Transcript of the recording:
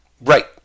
right